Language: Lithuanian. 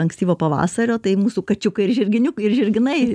ankstyvo pavasario tai mūsų kačiukai ir žirginiuk žirginai